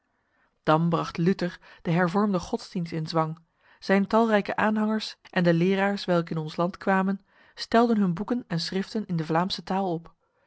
dan bracht luther de hervormde godsdienst in zwang zijn talrijke aanhangers en de leraars welke in ons land kwamen stelden hun boeken en schriften in de vlaamse taal op